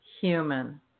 human